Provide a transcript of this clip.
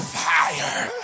fire